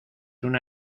una